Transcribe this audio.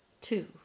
two